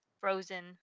frozen